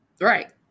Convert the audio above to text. right